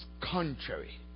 contrary